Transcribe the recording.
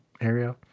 area